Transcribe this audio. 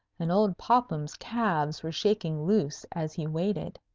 and old popham's calves were shaking loose as he waited.